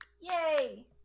Yay